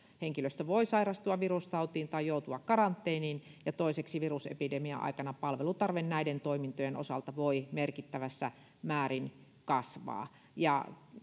henkilöstö voi sairastua virustautiin tai joutua karanteeniin ja toiseksi virusepidemian aikana palvelutarve näiden toimintojen osalta voi merkittävässä määrin kasvaa ja